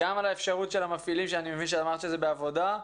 גם לגבי המפעילים שאני מבין שאמרת שזה בעבודה,